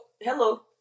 hello